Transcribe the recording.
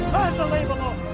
unbelievable